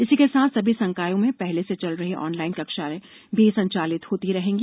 इसी के साथ सभी संकायों में पहले से चल रही ऑनलाइन कक्षाएं भी संचालित होती रहेंगी